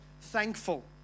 thankful